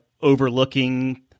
overlooking